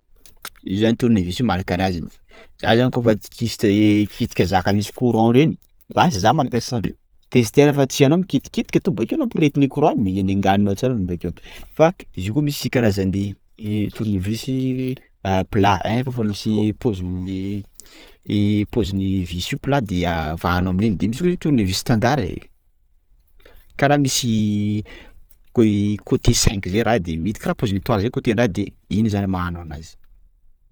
Io zany tornevisy io maro karazany za zany kôfa tsy te hikitika zaka misy courant reny! _x000D_ Lasa za mampiasa anle testeur fa tsy anao mikitikitika to bakeo anao poretin'ny courant io; minan'ny anganinao tsara anao bakeo, fa izy io koa misy karazany tornevisy plat ein! _x000D_ Fa efa misy pôzin'ny pôzin'ny visy io plat dia vahanao amin'iny de misy hoe: tornevisy standart e! kara misy co- côte cinq zay raha iode mety, kara pôzin' ny étoile zay côté ny raha io de, iny zany hamahanao anazy.